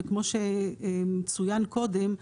וכמו שצוין קודם,